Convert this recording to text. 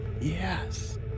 Yes